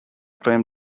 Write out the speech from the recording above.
claimed